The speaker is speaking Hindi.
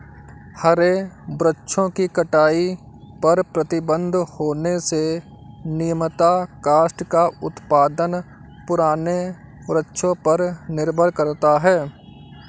हरे वृक्षों की कटाई पर प्रतिबन्ध होने से नियमतः काष्ठ का उत्पादन पुराने वृक्षों पर निर्भर करता है